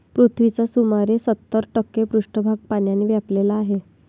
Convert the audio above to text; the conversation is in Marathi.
पृथ्वीचा सुमारे सत्तर टक्के पृष्ठभाग पाण्याने व्यापलेला आहे